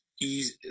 easy